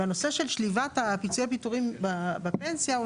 והנושא של שליבת פיצויי הפיטורים בפנסיה הוא